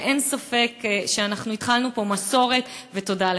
אין ספק שהתחלנו פה מסורת, ותודה לך.